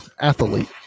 Athlete